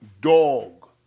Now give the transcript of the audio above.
dog